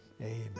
amen